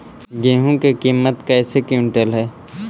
गेहू के किमत कैसे क्विंटल है?